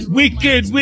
wicked